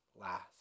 last